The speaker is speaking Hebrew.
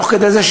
תוך כדי זה,